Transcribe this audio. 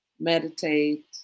meditate